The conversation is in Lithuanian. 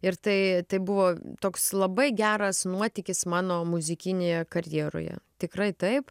ir tai tai buvo toks labai geras nuotykis mano muzikinėje karjeroje tikrai taip